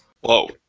Whoa